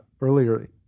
earlier